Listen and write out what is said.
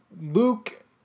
Luke